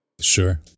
Sure